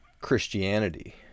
christianity